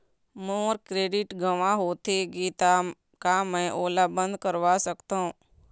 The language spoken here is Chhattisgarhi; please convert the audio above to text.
मोर क्रेडिट गंवा होथे गे ता का मैं ओला बंद करवा सकथों?